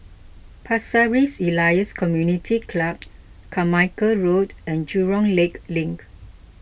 Pasir Ris Elias Community Club Carmichael Road and Jurong Lake Link